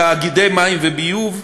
תאגידי מים וביוב,